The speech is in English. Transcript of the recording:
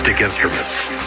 instruments